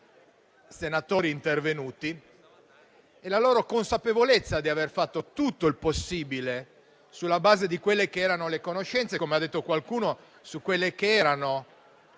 senatori intervenuti e la loro consapevolezza di aver fatto tutto il possibile sulla base delle conoscenze e, come ha detto qualcuno, sulla base